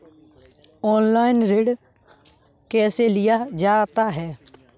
Online ऋण कैसे लिया जाता है?